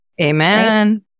Amen